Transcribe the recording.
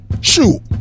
Shoot